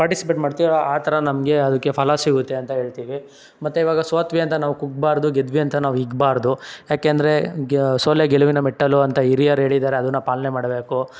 participate ಮಾಡ್ತೀವಿ ಆ ಥರ ನಮಗೆ ಅದಕ್ಕೆ ಫಲ ಸಿಗುತ್ತೆ ಅಂತ ಹೇಳ್ತೀವಿ ಮತ್ತು ಇವಾಗ ಸೋತ್ವಿ ಅಂತ ನಾವು ಕುಗ್ಗಬಾರ್ದು ಗೆದ್ವಿ ಅಂತ ನಾವು ಹಿಗ್ಗಬಾರ್ದು ಯಾಕೆಂದರೆ ಗೆ ಸೋಲೇ ಗೆಲುವಿನ ಮೆಟ್ಟಿಲು ಅಂತ ಹಿರಿಯರ್ ಹೇಳಿದ್ದಾರೆ ಅದನ್ನ ಪಾಲನೆ ಮಾಡಬೇಕು